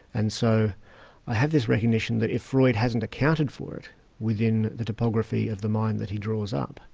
and so i have this recognition that if freud hasn't accounted for it within the topography of the mind that he draws up,